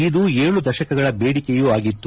ಇದು ಏಳು ದಶಕಗಳ ಬೇಡಿಕೆಯೂ ಆಗಿತ್ತು